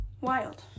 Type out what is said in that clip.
Wild